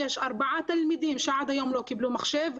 יש ארבעה תלמידים שעד היום לא קיבלו מחשב.